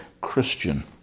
Christian